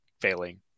failing